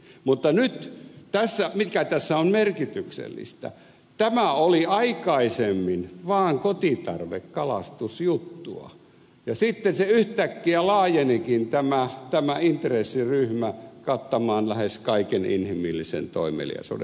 mutta nyt mikä tässä on merkityksellistä tämä oli aikaisemmin vaan kotitarvekalastusjuttua ja sitten se yhtäkkiä laajenikin tämä intressiryhmä kattamaan lähes kaiken inhimillisen toimeliaisuuden